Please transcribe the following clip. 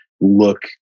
look